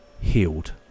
healed